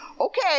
okay